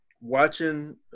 watching